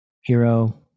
hero